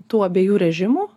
tų abiejų režimų